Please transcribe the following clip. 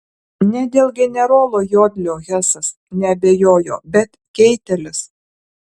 ne dėl generolo jodlio hesas neabejojo bet keitelis